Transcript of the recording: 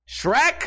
Shrek